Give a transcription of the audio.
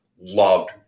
loved